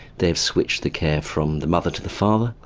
they've switched the care from the mother to the father,